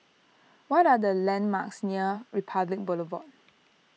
what are the landmarks near Republic Boulevard